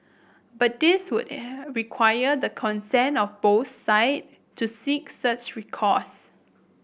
but this would require the consent of both side to seek such recourse